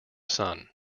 sun